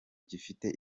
gifite